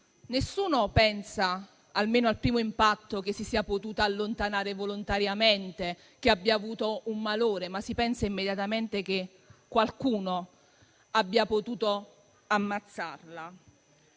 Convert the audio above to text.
nessuno pensa, almeno al primo impatto, che si sia potuta allontanare volontariamente o che abbia avuto un malore, ma si pensa immediatamente che qualcuno abbia potuto ammazzarla?